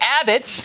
Abbott